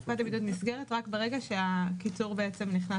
תקופה זו נסגרת רק ברגע שהקיצור נכנס